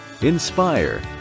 inspire